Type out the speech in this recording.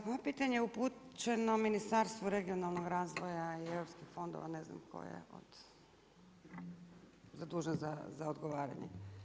Moje pitanje je upućeno Ministarstvu regionalnog razvoja i europskih fondova, ne znam tko je zadužen za odgovaranje.